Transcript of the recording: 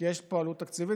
כי יש פה עלות תקציבית,